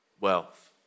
wealth